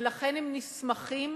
ולכן הם נסמכים